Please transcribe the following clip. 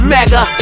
Mega